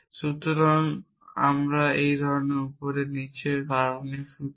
সুতরাং আমরা এই উপরের এবং নীচে আছে পারমাণবিক সূত্র